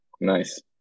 Nice